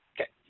Okay